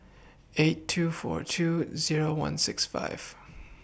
eight two four two Zero one six five